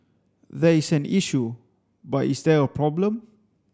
there is an issue but is there a problem